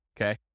okay